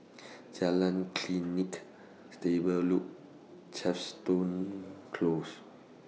Jalan Klinik Stable Loop Chepstow Close